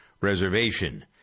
reservation